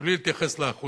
מבלי להתייחס לאחוזים,